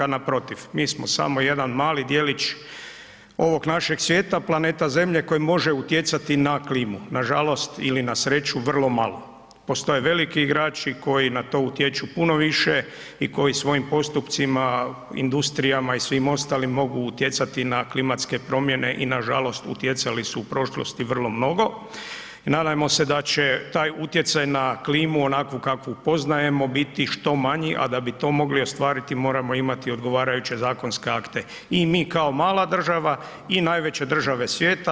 Naprotiv, mi smo samo jedan mali djelić ovog našeg svijeta, planeta zemlje koji može utjecati na klimu, nažalost ili na sreću vrlo malo, postoje veliki igrači koji na to utječu puno više i koji svojim postupcima, industrijama i svim ostalim mogu utjecati na klimatske promjene i na žalost utjecali su u prošlosti vrlo mnogo i nadajmo se da će taj utjecaj na klimu onakvu kakvu poznajemo biti što manji, a da bi to mogli ostvariti moramo imati odgovarajuće zakonske akte, i mi kao mala država i najveće države svijeta.